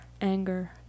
anger